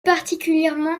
particulièrement